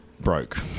Broke